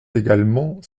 également